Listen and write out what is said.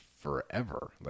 forever